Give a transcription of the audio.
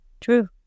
true